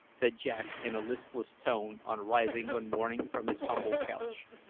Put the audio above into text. said jack in a listless tone on rising one morning from his humble couch.